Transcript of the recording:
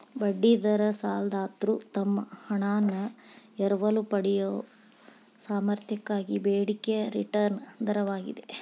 ಬಡ್ಡಿ ದರ ಸಾಲದಾತ್ರು ತಮ್ಮ ಹಣಾನ ಎರವಲು ಪಡೆಯಯೊ ಸಾಮರ್ಥ್ಯಕ್ಕಾಗಿ ಬೇಡಿಕೆಯ ರಿಟರ್ನ್ ದರವಾಗಿದೆ